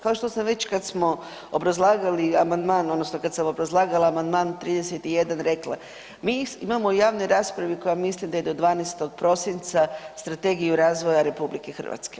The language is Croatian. Kao što sam već kad smo obrazlagali amandman odnosno kad sam obrazlagala amandman 31. rekla mi imamo u javnoj raspravi, koja mislim da je do 12. prosinca, strategiju razvoja RH.